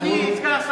אדוני סגן השר,